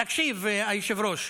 תקשיב, היושב-ראש,